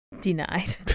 Denied